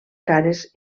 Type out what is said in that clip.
cares